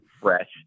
fresh